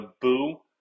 boo